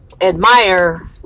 admire